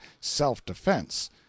self-defense